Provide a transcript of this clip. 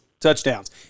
touchdowns